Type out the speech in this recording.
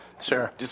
Sure